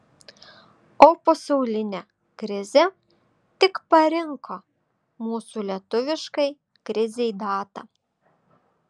o pasaulinė krizė tik parinko mūsų lietuviškai krizei datą